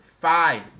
five